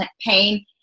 pain